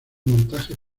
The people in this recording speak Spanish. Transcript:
montajes